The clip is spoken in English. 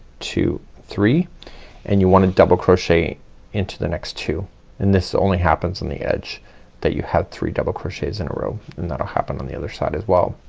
two, three and you wanna double crochet into the next two and this only happens on the edge that you have three double crochets in a row and that'll happen on the other side as well.